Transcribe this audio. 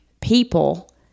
people